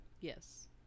Yes